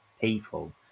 people